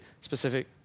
Specific